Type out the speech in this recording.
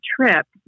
trip